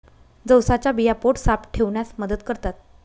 जवसाच्या बिया पोट साफ ठेवण्यास मदत करतात